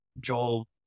Joel